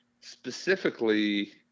specifically